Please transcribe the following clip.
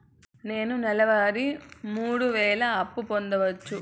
నేను నెల వారి మూడు వేలు అప్పు పొందవచ్చా?